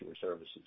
services